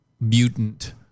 mutant